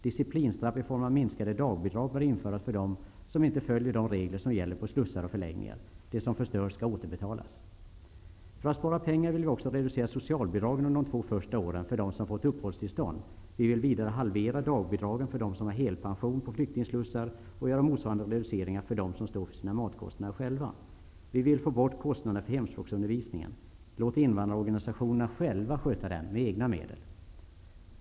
Disciplinstraff i form av minskade dagbidrag bör införas för dem som inte följer de regler som gäller på slussar och förläggningar. Det som förstörs skall återbetalas. För att spara pengar vill vi också reducera socialbidragen under de två första åren för dem som fått uppehållstillstånd. Vi vill vidare halvera dagbidragen för dem som har helpension på flyktingslussar och göra motsvarande reduceringar för dem som står för sina matkostnader själva. Vi vill få bort kostnaderna för hemspråksundervisningen. Låt invandrarorganisationerna själva sköta den med egna medel.